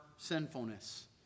Sinfulness